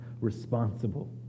responsible